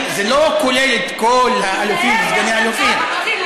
זה לא כולל את האלופים וסגני-האלופים,